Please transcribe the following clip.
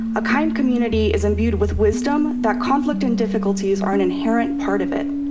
a kind community is imbued with wisdom that conflict and difficulties are an inherent part of it.